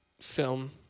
film